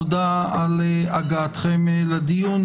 תודה על הגעתכם לדיון.